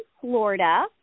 Florida